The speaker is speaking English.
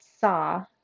saw